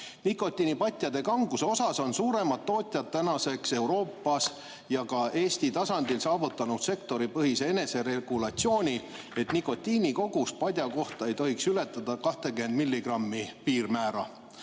"Nikotiinipatjade kanguse osas on suuremad tootjad tänaseks Euroopas ja ka Eesti tasandil saavutanud sektoripõhise eneseregulatsiooni, et nikotiini kogus padja kohta ei tohiks ületada 20 milligrammi piirmäära.